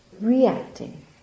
reacting